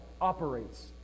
operates